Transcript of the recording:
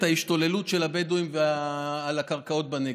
ההשתוללות של הבדואים על הקרקעות בנגב.